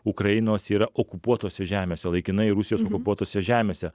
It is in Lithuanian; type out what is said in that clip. ukrainos yra okupuotose žemėse laikinai rusijos okupuotose žemėse